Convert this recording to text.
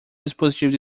dispositivos